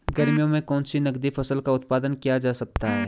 गर्मियों में कौन सी नगदी फसल का उत्पादन किया जा सकता है?